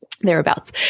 thereabouts